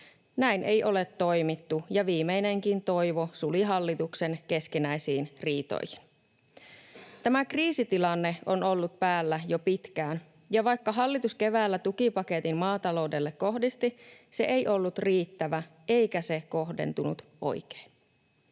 Näin ei ole toimittu, ja viimeinenkin toivo suli hallituksen keskinäisiin riitoihin. Tämä kriisitilanne on ollut päällä jo pitkään. Ja vaikka hallitus keväällä tukipaketin maataloudelle kohdisti, se ei ollut riittävä, eikä se kohdentunut oikein.